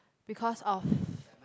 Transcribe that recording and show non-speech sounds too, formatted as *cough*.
because of *breath*